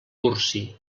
cursi